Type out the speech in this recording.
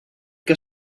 que